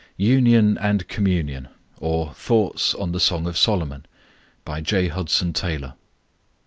union and communion or thoughts on the song of solomon by j. hudson taylor,